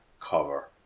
cover